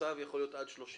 שצריך היתר חדש הם מעדכנים.